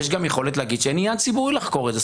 יש גם יכולת להגיד שאין עניין ציבורי לחקור את זה,